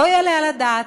לא יעלה על הדעת.